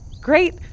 Great